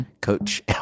Coach